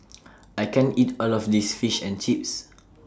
I can't eat All of This Fish and Chips